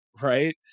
right